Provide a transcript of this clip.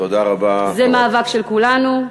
זה מאבק של כולנו.